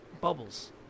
Bubbles